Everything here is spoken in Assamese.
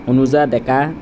তনুজা ডেকা